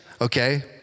Okay